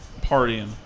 partying